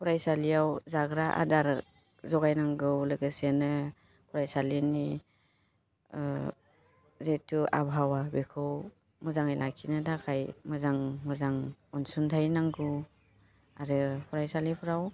फारायसालियाव जाग्रा आदार जगायनांगौ लोगोसेनो फरायसालिनि जेहेथु आबहावा बेखौ मोजाङै लाखिनो थाखाय मोजां मोजां अनसुंथाइ नांगौ आरो फरायसालिफ्राव